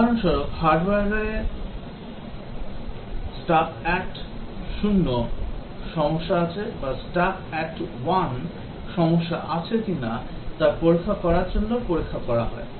উদাহরণস্বরূপ হার্ডওয়ারে Stuck at 0 সমস্যা আছে বা Stuck at 1 সমস্যা আছে কিনা তা পরীক্ষা করার জন্য পরীক্ষা করা হয়